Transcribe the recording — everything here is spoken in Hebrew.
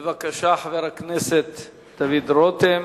בבקשה, חבר הכנסת דוד רותם.